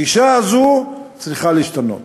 הגישה הזאת צריכה להשתנות,